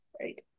right